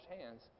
hands